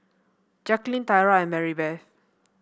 Jaclyn Tyra and Maribeth